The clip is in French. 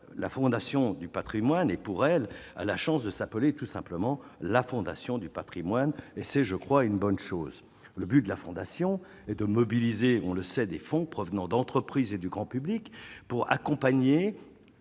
la Fondation du Patrimoine, et pour elle, a la chance de s'appeler tout simplement la Fondation du Patrimoine et c'est je crois une bonne chose, le but de la fondation et de mobiliser, on le sait, des fonds provenant d'entreprises et du grand public pour accompagner